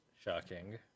shocking